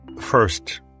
First